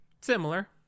Similar